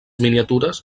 miniatures